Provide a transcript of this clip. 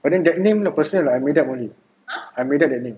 but then that name the person I made up only I made up the name